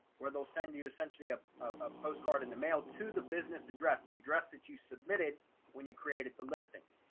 where they'll send you essentially a ah postcard in the mail to the business address the address that you submitted when you created the listing.